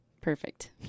Perfect